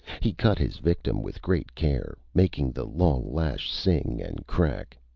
he cut his victim with great care, making the long lash sing and crack.